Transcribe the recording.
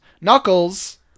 Knuckles